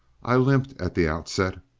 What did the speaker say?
i limped at the outset,